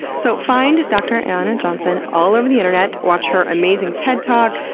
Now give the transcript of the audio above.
so find dr. ayana johnson all over the internet, watch her amazing ted talk,